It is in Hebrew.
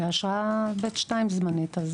באשרה ב2 זמנית.